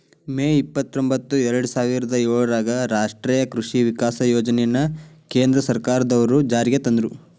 ಮೇ ಇಪ್ಪತ್ರೊಂಭತ್ತು ಎರ್ಡಸಾವಿರದ ಏಳರಾಗ ರಾಷ್ಟೇಯ ಕೃಷಿ ವಿಕಾಸ ಯೋಜನೆನ ಕೇಂದ್ರ ಸರ್ಕಾರದ್ವರು ಜಾರಿಗೆ ತಂದ್ರು